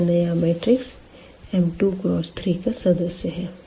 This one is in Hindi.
तो यह नया मैट्रिक्स M2×3 का सदस्य है